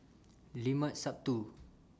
Limat Sabtu